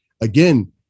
again